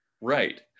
Right